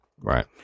Right